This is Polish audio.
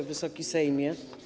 Wysoki Sejmie!